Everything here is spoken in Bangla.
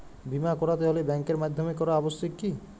বিমা করাতে হলে ব্যাঙ্কের মাধ্যমে করা আবশ্যিক কি?